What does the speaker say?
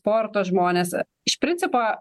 sporto žmonės iš principo